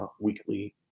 weekly